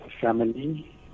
family